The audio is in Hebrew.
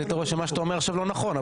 אז היית רואה שמה שאתה אומר עכשיו לא נכון,